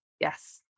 Yes